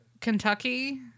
kentucky